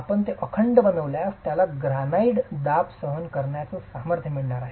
आपण ते अखंड बनविल्यास आपल्याला ग्रॅनाइट दाब सहन करण्याच सामर्थ्य मिळणार आहे